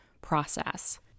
process